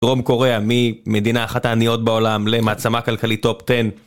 דרום קוריאה, ממדינה אחת העניות בעולם, למעצמה כלכלית top 10.